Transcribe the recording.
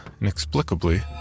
inexplicably